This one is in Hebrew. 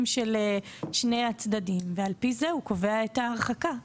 של שני הצדדים ועל פי זה הוא קובע את ההרחקה.